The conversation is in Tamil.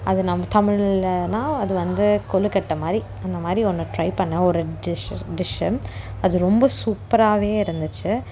அது நம் தமிழ்லேனா அது வந்து கொழு கட்டை மாதிரி அந்த மாதிரி ஒன்று ட்ரை பண்ணிணேன் ஒரு டிஷ் டிஷ்ஷு அது ரொம்ப சூப்பராகவே இருந்துச்சு